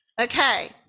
Okay